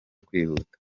kwihuta